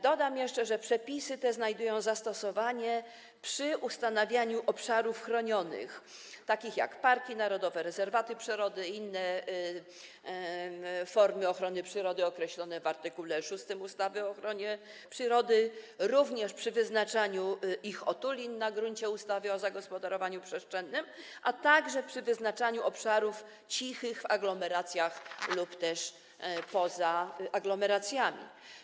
Dodam jeszcze, że przepisy te znajdują zastosowanie przy ustanawianiu obszarów chronionych, takich jak parki narodowe, rezerwaty przyrody i inne formy ochrony przyrody określone w art. 6 ustawy o ochronie przyrody, jak również przy wyznaczaniu ich otulin na gruncie ustawy o zagospodarowaniu przestrzennym, a także przy wyznaczaniu obszarów cichych w aglomeracjach lub poza aglomeracjami.